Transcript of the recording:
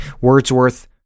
Wordsworth